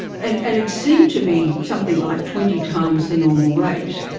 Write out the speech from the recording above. and and it seemed to be something like twenty times the normal rate.